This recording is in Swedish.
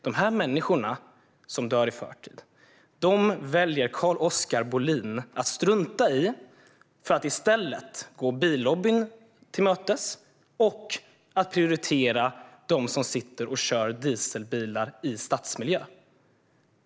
De människor som dör i förtid väljer Carl-Oskar Bohlin att strunta i för att i stället gå billobbyn till mötes och prioritera dem som sitter och kör dieselbilar i stadsmiljö.